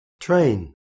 train